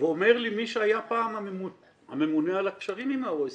ואומר לי מי שהיה פעם הממונה על הקשרים עם ה-OECD,